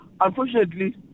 unfortunately